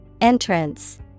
Entrance